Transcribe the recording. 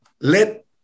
let